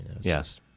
Yes